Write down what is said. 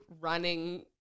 running